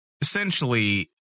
essentially